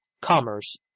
commerce